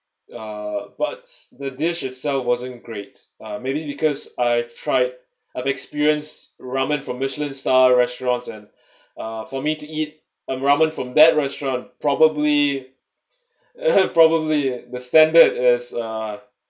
uh but the dish itself wasn't great uh maybe because I've tried I've experienced ramen from michelin star restaurants and uh for me to eat and ramen from that restaurant probably probably the standard is uh